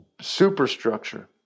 superstructure